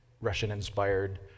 Russian-inspired